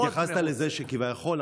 התייחסת לזה שכביכול,